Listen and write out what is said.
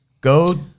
go